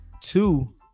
two